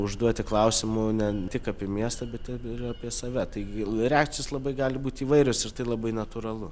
užduoti klausimų ne tik apie miestą bet ir apie save taigi reakcijos labai gali būti įvairios ir tai labai natūralu